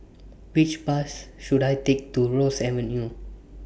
Which Bus should I Take to Ross Avenue